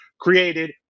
created